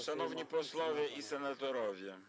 Szanowni Posłowie i Senatorowie!